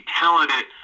talented